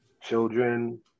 children